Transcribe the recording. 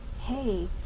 hey